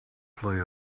play